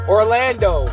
Orlando